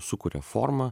sukuria formą